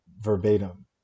verbatim